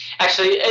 actually,